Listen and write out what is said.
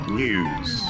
news